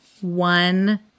one